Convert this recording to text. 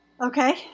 Okay